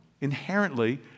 inherently